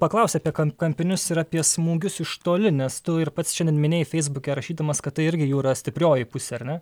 paklausti apie kampinius ir apie smūgius iš toli nes tu ir pats šiandien minėjai feisbuke rašydamas kad tai irgi jų yra stiprioji pusė ar ne